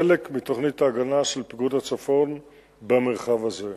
חלק מתוכנית ההגנה של פיקוד הצפון במרחב הזה.